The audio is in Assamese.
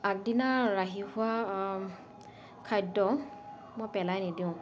আগদিনা ৰাহি হোৱা খাদ্য মই পেলাই নিদিওঁ